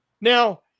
Now